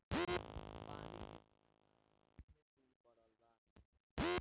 पानी के बिना सारा चीजे सुन परल बा